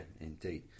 Indeed